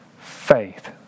faith